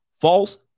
false